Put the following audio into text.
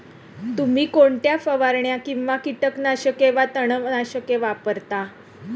तुम्ही कोणत्या फवारण्या किंवा कीटकनाशके वा तणनाशके वापरता?